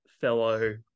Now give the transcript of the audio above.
fellow